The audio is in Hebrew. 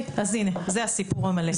הינה זה הסיפור המלא.